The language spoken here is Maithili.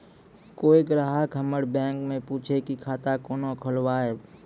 कोय ग्राहक हमर बैक मैं पुछे की खाता कोना खोलायब?